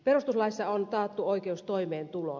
perustuslaissa on taattu oikeus toimeentuloon